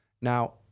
Now